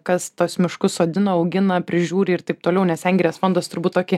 kas tuos miškus sodino augina prižiūri ir taip toliau nes sengirės fondas turbūt tokį